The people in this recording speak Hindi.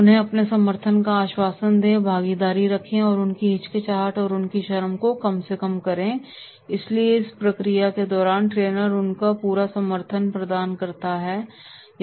उन्हें अपने समर्थन का आश्वासन देंभागीदारी रखें और उनकी हिचकिचाहट और उनकी शर्म को कम करें इसलिए इस प्रक्रिया के दौरान ट्रेनर को उन्हें पूरा समर्थन प्रदान करना चाहिए